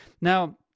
now